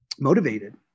motivated